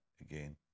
again